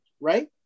right